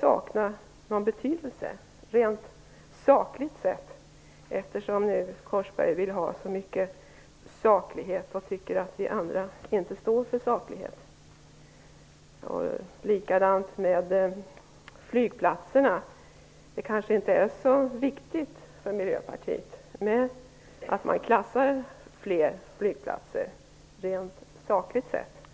sakna betydelse rent sakligt sett, eftersom Ronny Korsberg nu vill ha så mycket saklighet och tycker att vi andra inte står för saklighet? Likadant med flygplatserna. Det kanske inte är så viktigt för Miljöpartiet att man klassar fler flygplatser, rent sakligt sett.